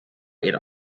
ihr